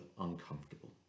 uncomfortable